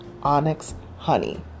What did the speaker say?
OnyxHoney